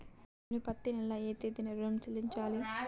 నేను పత్తి నెల ఏ తేదీనా ఋణం చెల్లించాలి?